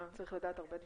העם צריך לדעת הרבה דברים.